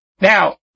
Now